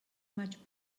much